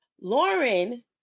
Lauren